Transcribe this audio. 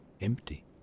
empty